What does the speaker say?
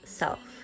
self